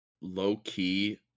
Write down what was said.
low-key